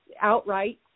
outright